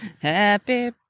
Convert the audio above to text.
happy